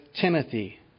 Timothy